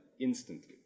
Instantly